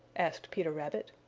asked peter rabbit.